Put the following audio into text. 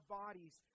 bodies